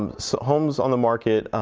um so homes on the market